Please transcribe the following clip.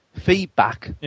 feedback